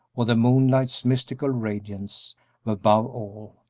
or the moonlight's mystical radiance above all,